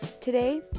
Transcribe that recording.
Today